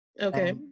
Okay